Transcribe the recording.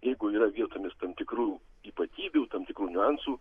jeigu yra vietomis tam tikrų ypatybių tam tikrų niuansų